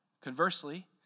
Conversely